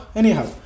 anyhow